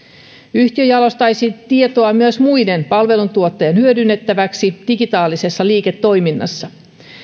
yhtiö jalostaisi tietoa myös muiden palveluntuottajien hyödynnettäväksi digitaalisessa liiketoiminnassa